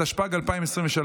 התשפ"ג 2023,